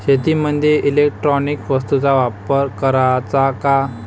शेतीमंदी इलेक्ट्रॉनिक वस्तूचा वापर कराचा का?